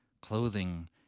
Clothing